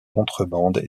contrebande